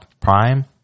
Prime